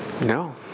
No